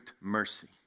mercy